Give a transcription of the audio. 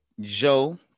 Joe